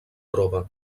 troba